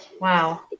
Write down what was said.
Wow